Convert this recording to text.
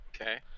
Okay